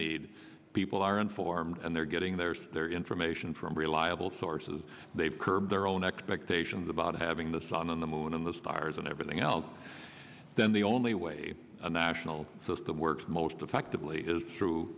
need people are informed and they're getting their information from reliable sources they've curb their own expectations about having this on the moon the stars and everything else then the only way a national system works most effectively is through